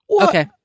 Okay